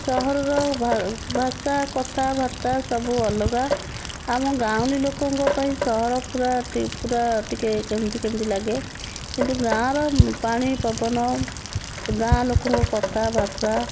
ସହରରେ ଭାଷା କଥାବାର୍ତ୍ତା ସବୁ ଅଲଗା ଆମ ଗାଉଁଲି ଲୋକଙ୍କ ପାଇଁ ସହର ପୁରା ଟି ପୁରା ଟିକେ କେମିତି କେମିତି ଲାଗେ କିନ୍ତୁ ଗାଁର ପାଣି ପବନ ଗାଁ ଲୋକଙ୍କ କଥାବାର୍ତ୍ତା